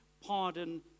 pardon